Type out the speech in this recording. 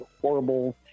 horrible